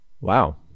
Wow